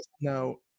no